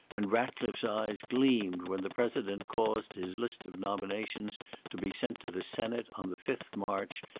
and ratcliffe's eyes gleamed when the president caused his list of nominations to be sent to the senate on the fifth march,